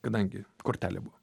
kadangi kortelė buvo